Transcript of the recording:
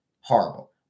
Horrible